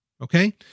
Okay